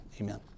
Amen